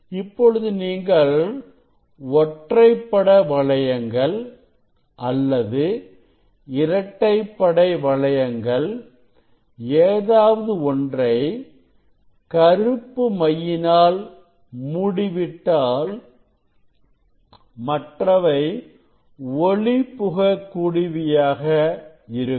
இப்பொழுது நீங்கள் ஒற்றைப்படை வளையங்கள் அல்லது இரட்டைப்படை வளையங்கள் ஏதாவது ஒன்றை கருப்பு மையினால் மூடிவிட்டால் மற்றவை ஒளி புக கூடியவையாக இருக்கும்